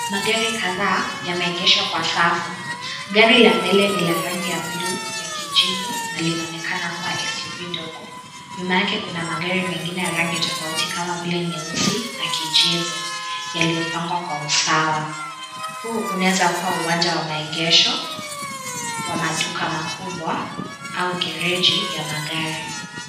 Magari kadhaa yameegeshwa kwa safu, gari la mbele ni la rangi ya bluu ya kijivu na linaonekana kuwa SUV ndogo. Nyuma yake kuna magari mengine ya rangi tofauti kama vile nyeusi na kijivu yaliyopangwa kwa usawa . Huu unaeza kuwa uwanja wa maegesho wa maduka makubwa au gereji ya magari.